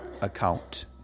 account